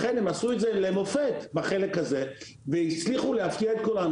לכן הם עשו את זה למופת בחלק הזה והצליחו להפתיע את כולנו.